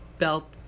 felt